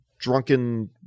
Drunken